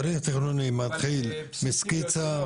תהליך תכנוני מתחיל מסקיצה.